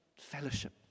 fellowship